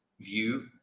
view